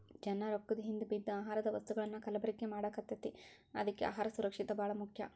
ಜನಾ ರೊಕ್ಕದ ಹಿಂದ ಬಿದ್ದ ಆಹಾರದ ವಸ್ತುಗಳನ್ನಾ ಕಲಬೆರಕೆ ಮಾಡಾಕತೈತಿ ಅದ್ಕೆ ಅಹಾರ ಸುರಕ್ಷಿತ ಬಾಳ ಮುಖ್ಯ